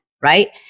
right